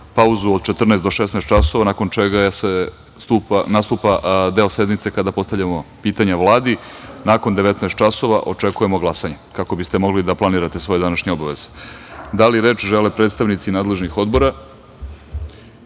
pauzu od 14.00 do 16.00 časova nakon čega nastupa deo sednice kada postavljamo pitanja Vladi, nakon 19.00 časova očekujemo glasanje, kako biste mogli da planirate svoje današnje obaveze. Da li reč žele predstavnici nadležnih odbora?